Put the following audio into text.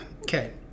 Okay